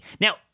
Now